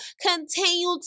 continue